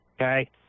okay